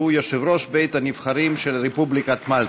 שהוא יושב-ראש בית-הנבחרים של רפובליקת מלטה.